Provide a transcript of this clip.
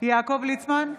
יעקב ליצמן,